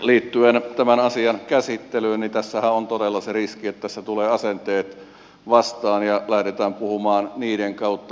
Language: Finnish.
liittyen tämän asian käsittelyyn tässähän on todella se riski että tässä tulevat asenteet vastaan ja lähdetään puhumaan niiden kautta